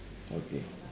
okay